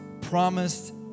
promised